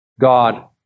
God